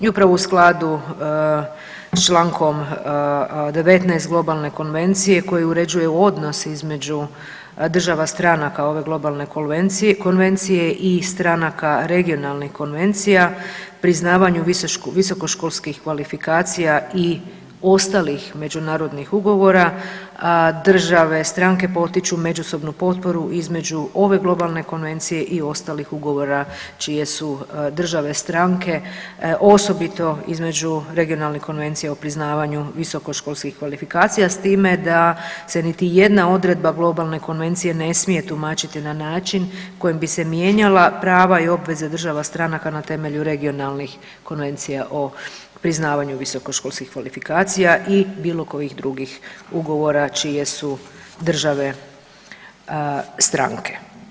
I upravo u skladu s Člankom 19. globalne konvencije koji uređuje odnose između država stranaka ove globalne konvencije i stranaka regionalnih konvencija priznavanju visokoškolskih kvalifikacija i ostalih međunarodnih ugovora države stranke potiču međusobnu potporu između ove globalne konvencije i ostalih ugovora čije su države stranke osobito između regionalnih konvencija o priznavanju visokoškolskih kvalifikacija s time da se niti jedna odredba globalne konvencije ne smije tumačiti na način kojim bi se mijenjala prava i obveze država stranaka na temelju regionalnih konvencija o priznavanju visokoškolskih kvalifikacija i bilo kojih drugih ugovora čije su države stranke.